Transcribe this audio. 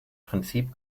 prinzip